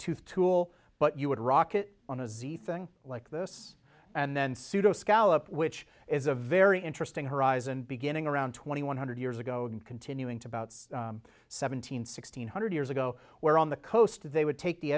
tooth tool but you would rock it on a z thing like this and then pseudo scallop which is a very interesting horizon beginning around twenty one hundred years ago and continuing to about seven thousand nine hundred years ago where on the coast they would take the